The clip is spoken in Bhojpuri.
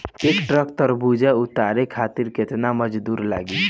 एक ट्रक तरबूजा उतारे खातीर कितना मजदुर लागी?